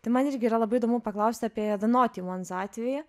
tai man irgi yra labai įdomu paklausti apie de noti uans atvejį